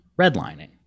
redlining